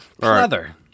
leather